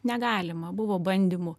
negalima buvo bandymų